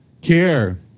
care